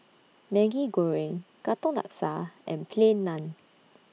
Maggi Goreng Katong Laksa and Plain Naan